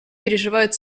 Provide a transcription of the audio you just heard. переживает